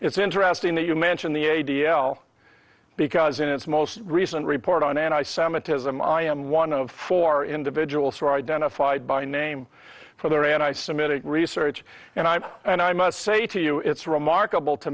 it's interesting that you mention the a d l because in its most recent report on anti semitism i am one of four individuals who are identified by name for their anti semitic research and i'm and i must say to you it's remarkable to